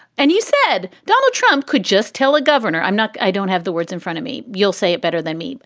and you said donald trump could just tell a governor, i'm not i don't have the words in front of me. you'll say it better than me. but